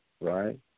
right